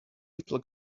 little